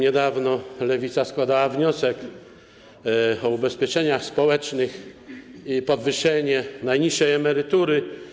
Niedawno Lewica składała wniosek w sprawie ubezpieczeń społecznych i podwyższenia najniższej emerytury.